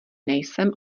nejsem